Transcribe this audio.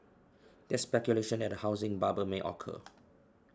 there is speculation that a housing bubble may occur